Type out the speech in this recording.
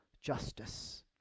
justice